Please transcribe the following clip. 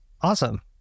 Awesome